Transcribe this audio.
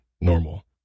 normal